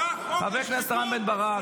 תודה, בן ברק.